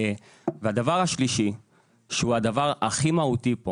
הדבר השלישי שהוא הדבר הכי מהותי פה